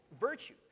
virtue